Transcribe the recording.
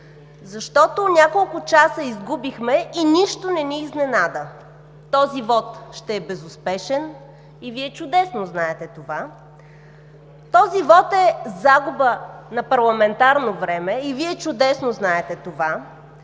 няколко часа и нищо не ни изненада. Този вот ще е безуспешен и Вие чудесно знаете това. Този вот е загуба на парламентарно време и Вие чудесно знаете това.